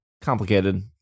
complicated